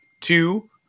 two